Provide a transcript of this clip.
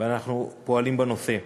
ואנחנו פועלים בנושא.